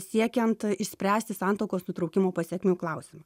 siekiant išspręsti santuokos nutraukimo pasekmių klausimą